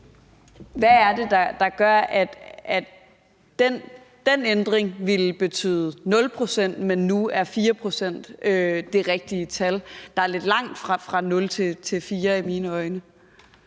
Hvad er det, der gør, at den ændring ville betyde 0 pct., men at 4 pct. nu er det rigtige tal? Der er lidt langt fra 0 pct. til 4 pct. i mine øjne.